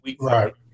Right